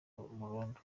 burundu